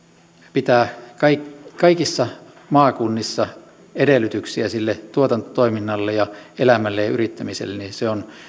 pitää kaikissa maakunnissa edellytyksiä tuotantotoiminnalle ja elämälle ja yrittämiselle on